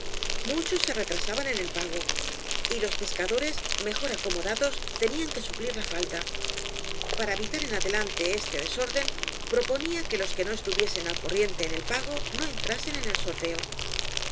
se retrasaban en el pago y los pescadores mejor acomodados tenían que suplir la falta para evitar en adelante eete desorden proponía que los que no estuvieben al corriente en el pago no entrasen en el sorteo